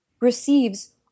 receives